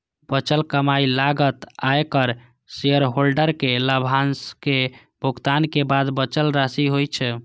बचल कमाइ लागत, आयकर, शेयरहोल्डर कें लाभांशक भुगतान के बाद बचल राशि होइ छै